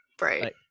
Right